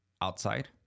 outside